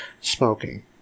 smoking